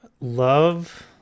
love